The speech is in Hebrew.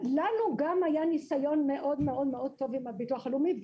היה לנו ניסיון מאוד טוב עם הביטוח הלאומי.